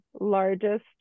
largest